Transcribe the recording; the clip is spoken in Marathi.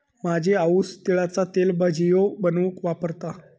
माझी आऊस तिळाचा तेल भजियो बनवूक वापरता